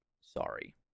sorry